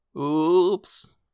Oops